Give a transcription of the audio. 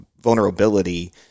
vulnerability